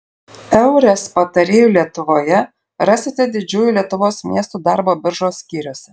eures patarėjų lietuvoje rasite didžiųjų lietuvos miestų darbo biržos skyriuose